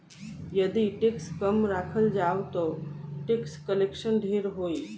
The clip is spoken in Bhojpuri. यदि टैक्स कम राखल जाओ ता टैक्स कलेक्शन ढेर होई